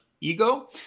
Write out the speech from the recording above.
ego